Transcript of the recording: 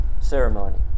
ceremony